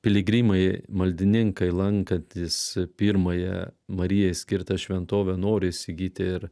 piligrimai maldininkai lankantys pirmąją marijai skirtą šventovę nori įsigyti ir